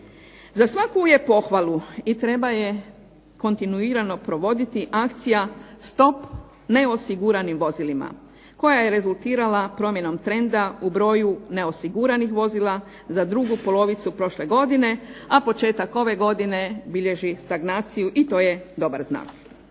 Za svaku je pohvalu i treba je kontinuirano provoditi akcija "Stop neosiguranim vozilima" koja je rezultirala promjenom trenda u broju neosiguranih vozila za drugu polovicu prošle godine, a početak ove godine bilježi stagnaciju i to je dobar znak.